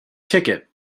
ticket